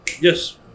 Yes